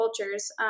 cultures